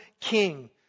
king